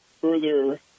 further